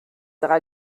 dra